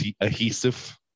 adhesive